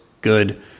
good